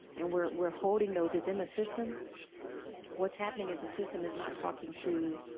and we're we're holding those it's in the system what's happening is the system is not talking to